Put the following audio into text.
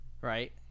right